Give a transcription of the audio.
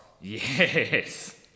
Yes